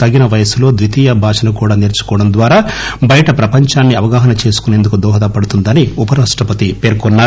తగిన వయస్సులో ద్వితీయ భాషను సేర్చుకోవడం ద్వారా బయటి ప్రపంచాన్ని అవగాహన చేసుకోసేందుకు దోహదపడుతుందని ఉపరాష్టపతి పేర్కొన్నారు